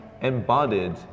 embodied